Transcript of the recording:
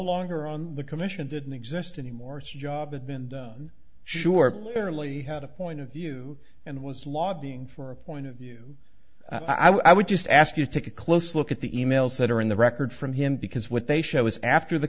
longer on the commission didn't exist anymore it's a job and sure they're really had a point of view and was lobbying for a point of view i would just ask you take a close look at the e mails that are in the record from him because what they show is after the